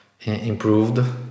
improved